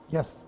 Yes